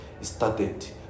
started